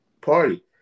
party